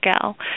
gal